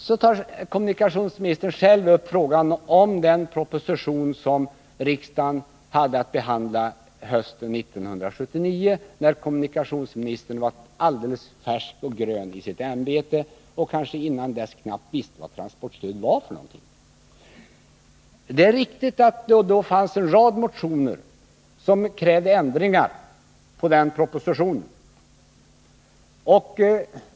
Så tar kommunikationsministern själv upp frågan om den proposition som riksdagen hade att behandla hösten 1979 när kommunikationsministern var alldeles grön i sitt ämbete och innan dess kanske knappt visste vad transportstöd var för någonting. Det är riktigt att det då fanns en rad motioner som krävde ändringar i propositionen.